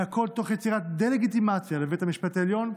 והכול תוך יצירת דה-לגיטימציה לבית המשפט העליון,